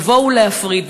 לבוא ולהפריט,